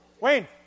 Wayne